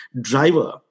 driver